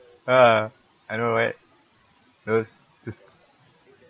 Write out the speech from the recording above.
uh I know right just just